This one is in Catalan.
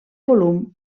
volum